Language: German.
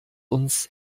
uns